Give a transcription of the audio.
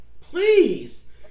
please